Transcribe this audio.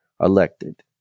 elected